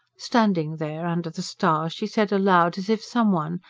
standing there under the stars she said aloud, as if some one,